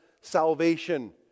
salvation